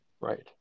Right